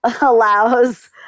allows